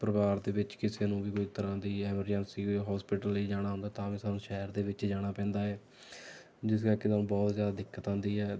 ਪਰਿਵਾਰ ਦੇ ਵਿੱਚ ਕਿਸੇ ਨੂੰ ਵੀ ਕੋਈ ਤਰ੍ਹਾਂ ਦੀ ਐਮਰਜੈਂਸੀ ਹੌਸਪਿਟਲ ਲਈ ਜਾਣਾ ਹੁੰਦਾ ਤਾਂ ਵੀ ਸਾਨੂੰ ਸ਼ਹਿਰ ਦੇ ਵਿੱਚ ਜਾਣਾ ਪੈਂਦਾ ਹੈ ਜਿਸ ਕਰਕੇ ਸਾਨੂੰ ਬਹੁਤ ਜ਼ਿਆਦਾ ਦਿੱਕਤ ਆਉਂਦੀ ਹੈ